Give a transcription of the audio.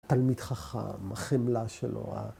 ‫תלמיד חכם, החמלה שלו.